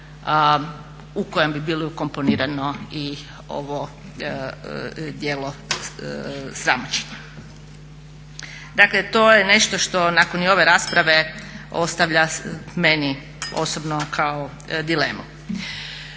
u kojem bi bilo ukomponirano ovo djelo sramoćenja. Dakle to je nešto što i nakon ove rasprave ostavlja meni osobno kao dilemu.